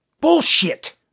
Bullshit